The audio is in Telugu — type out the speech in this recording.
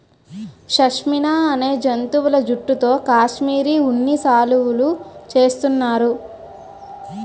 షష్మినా అనే జంతువుల జుట్టుతో కాశ్మిరీ ఉన్ని శాలువులు చేస్తున్నారు